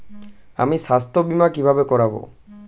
আমি স্বাস্থ্য বিমা কিভাবে করাব?